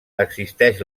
existeix